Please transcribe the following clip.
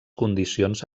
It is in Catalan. condicions